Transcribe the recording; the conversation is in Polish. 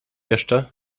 jeszcze